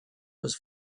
was